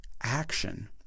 action